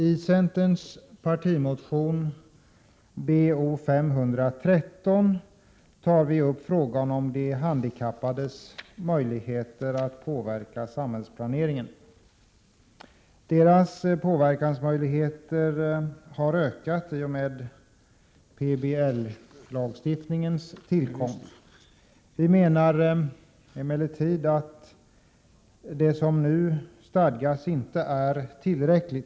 I centerns partimotion Bo513 tar vi upp frågan om de handikappades möjligheter att påverka samhällsplaneringen. Deras möjligheter att påverka har ökat i och med planoch bygglagstiftningens tillkomst. Vi menar 62 emellertid att det som nu stadgas inte är tillräckligt.